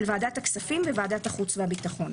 ועדת הכספים ו-וועדת החוץ והביטחון.